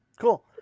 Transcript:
Cool